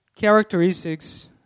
characteristics